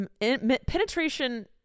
penetration